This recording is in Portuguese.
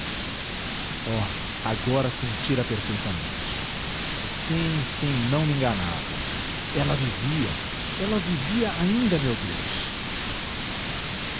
agora sentira perfeitamente sim sim não me enganava ela vivia ela vivia ainda meu deus